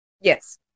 Yes